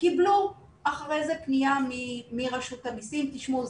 וקיבלו אחרי זה פנייה מרשות המסים: תשמעו,